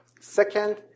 Second